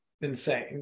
insane